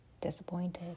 disappointed